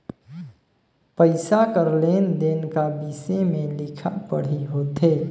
पइसा कर लेन देन का बिसे में लिखा पढ़ी होथे